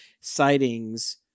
sightings